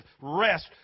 rest